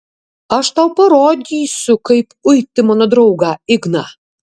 aš tau parodysiu kaip uiti mano draugą igną